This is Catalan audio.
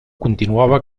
continuava